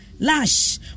Lash